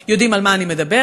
יודעים על מה אני מדברת.